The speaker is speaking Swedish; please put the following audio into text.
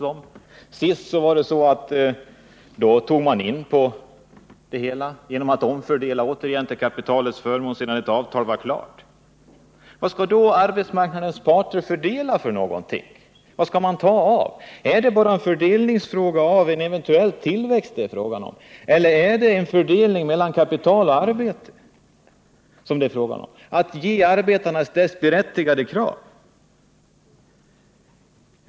Efter den förra omgången av avtalsförhandlingarna tog man tillbaka utrymme från arbetstagarna genom att återigen omfördela till kapitalets förmån sedan ett avtal var klart. Vad skall då arbetsmarknadens parter fördela? Vad skall man ta av? Är det bara fördelning av en eventuell tillväxt det är fråga om, eller är det en fördelning mellan kapital och arbete, ett tillmötesgående av arbetstagarnas berättigade krav?